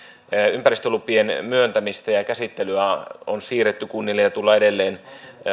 ympäristölupien myöntämistä ja ja käsittelyä on siirretty kunnille ja tullaan edelleen